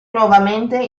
nuovamente